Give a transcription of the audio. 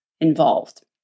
involved